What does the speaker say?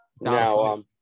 Now